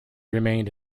remained